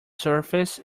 surface